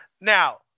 Now